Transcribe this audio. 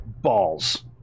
Balls